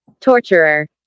Torturer